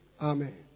Amen